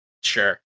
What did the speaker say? Sure